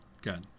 good